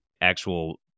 actual